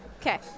Okay